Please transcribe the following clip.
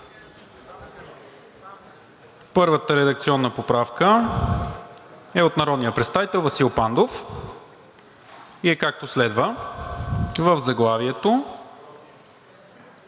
първата редакционна поправка е от народния представител Васил Пандов и е, както следва: в заглавието